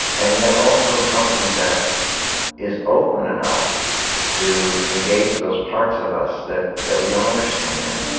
and yet, also, something that is open enough to engage those parts of us that that we don't understand